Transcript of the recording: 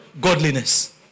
godliness